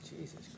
Jesus